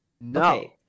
No